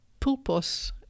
Pulpos